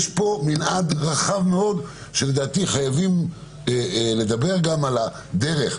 יש פה מנעד רחב מאוד ולדעתי חייבים לדבר גם על הדרך.